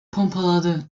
pompaladı